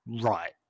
right